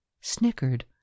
snickered